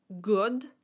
good